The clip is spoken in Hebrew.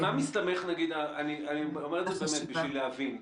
אני אומר את זה באמת בשביל להבין.